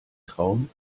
traum